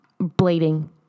blading